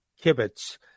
kibitz